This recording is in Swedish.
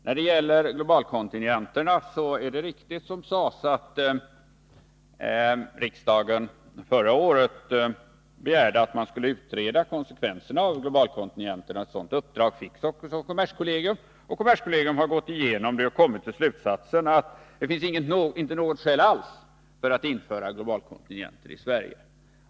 När det gäller globalkontingenterna är det riktigt att riksdagen förra året begärde att man skulle utreda konsekvenserna av globalkontingenterna. Ett sådant uppdrag fick kommerskollegium. Kommerskollegium har kommit till slutsatsen att det inte finns några skäl alls för att införa globalkontingenter i Sverige.